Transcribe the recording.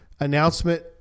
announcement